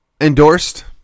endorsed